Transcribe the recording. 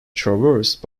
traversed